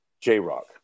J-Rock